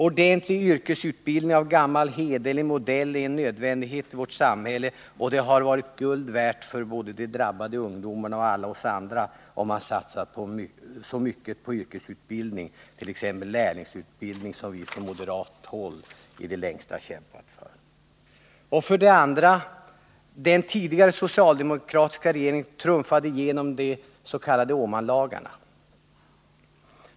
Ordentlig yrkesutbildning av gammal hederlig modell är en nödvändighet i vårt samhälle, och det hade varit guld värt för både de drabbade ungdomarna och alla oss andra, om man satsat så mycket på yrkesutbildning — t.ex. lärlingsutbildning — som vi från moderat håll i det längsta kämpat för. För det andra: Den tidigare socialdemokratiska regeringen trumfade igenom de s.k. Åmanlagarna.